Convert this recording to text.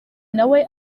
nawe